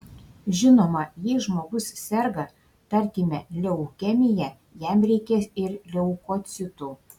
žinoma jei žmogus serga tarkime leukemija jam reikės ir leukocitų